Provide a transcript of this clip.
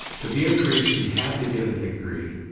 to be a priest he had to get a degree,